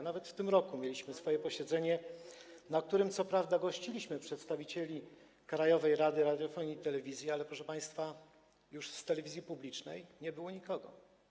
Nawet w tym roku mieliśmy posiedzenie, na którym co prawda gościliśmy przedstawicieli Krajowej Rady Radiofonii i Telewizji, ale proszę państwa, już z telewizji publicznej nie było nikogo.